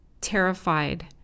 terrified